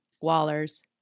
Waller's